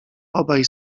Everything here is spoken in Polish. obaj